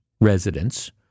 residents